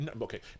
Okay